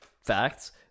facts